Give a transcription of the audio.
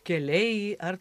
keliai ar